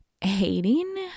hating